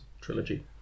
trilogy